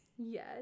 Yes